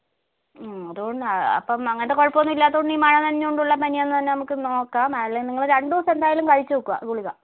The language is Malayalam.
അതുകൊ അപ്പം അങ്ങനത്തെ കുഴപ്പം ഒന്നും ഇല്ലാത്തതുകൊണ്ട് ഈ മഴ നനഞ്ഞതുകൊണ്ടുള്ള പനിയാണെന്ന് തന്നെ നമുക്ക് നോക്കാം അല്ലെങ്കിൽ നിങ്ങൾ രണ്ടുദിവസം എന്തായാലും കഴിച്ചു നോക്കുക ഈ ഗുളിക